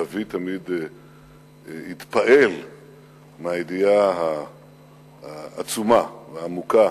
אבי תמיד התפעל מהידיעה העצומה והעמוקה